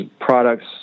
products